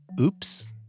oops